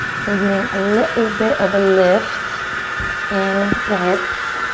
so we're getting a little bit of a lift in the hips.